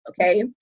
okay